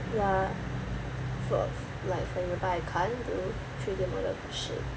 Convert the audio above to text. ya for like for example I can't do three D model for shit